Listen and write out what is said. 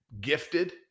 gifted